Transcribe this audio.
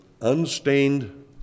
unstained